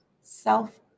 self